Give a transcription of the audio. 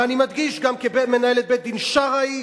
ואני מדגיש: גם כמנהלת בית-דין שרעי,